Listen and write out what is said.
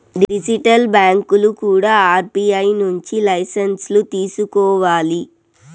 digital బ్యాంకులు కూడా RBI నుంచి లైసెన్సులు తీసుకోవాలి